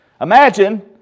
Imagine